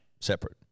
Separate